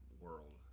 world